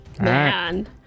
man